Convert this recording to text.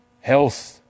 health